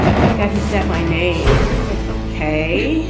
oh, my god. he set my name. i was like, okay.